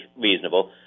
reasonable